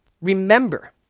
remember